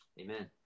amen